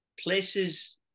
places